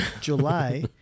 July